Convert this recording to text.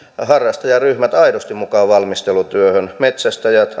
harrastajaryhmät aidosti mukaan valmistelutyöhön metsästäjät